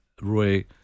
Roy